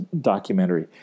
documentary